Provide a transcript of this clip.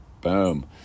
Boom